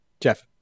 Jeff